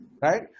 Right